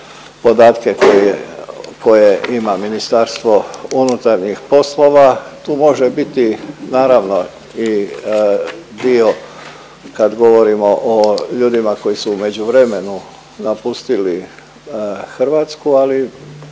koje ima MUP. Tu može biti naravno i dio kad govorimo o ljudima koji su u međuvremenu napustili Hrvatsku, ali